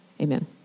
Amen